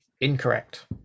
Incorrect